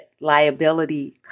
liability